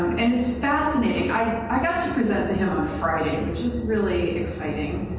and it's fascinating. i got to present to him on friday, which is really exciting,